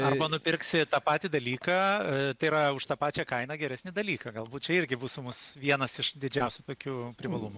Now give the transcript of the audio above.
arba nupirksi tą patį dalyką tai yra už tą pačią kainą geresnį dalyką galbūt čia irgi busų mus vienas iš didžiausių tokių privalumų